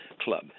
club